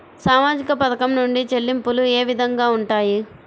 సామాజిక పథకం నుండి చెల్లింపులు ఏ విధంగా ఉంటాయి?